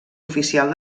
oficial